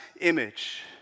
image